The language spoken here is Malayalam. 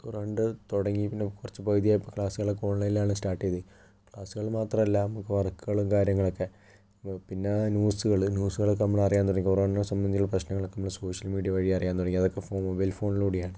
കൊറോൻഡ് തുടങ്ങിയെപ്പിന്നെ കുറച്ച് പകുതി ആയപ്പം ക്ലാസ്സുകളൊക്കെ ഓൺലൈനിലാണ് സ്റ്റാർട്ട് ചെയ്ത് ക്ലാസ്സുകൾ മാത്രമല്ല നമുക്ക് വർക്കുകളും കാര്യങ്ങളും ഒക്കെ പിന്നെ ന്യൂസുകൾ ന്യൂസുകളൊക്കെ നമ്മളറിയാൻ തുടങ്ങി കൊറോണ സംബന്ധിച്ചുള്ള പ്രശ്നങ്ങളൊക്കെ നമ്മൾ സോഷ്യൽ മീഡിയ വഴി അറിയാൻ തുടങ്ങി അതൊക്കെ ഫോ മൊബൈൽ ഫോണിലൂടെയാണ്